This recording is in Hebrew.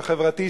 החברתי,